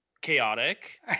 chaotic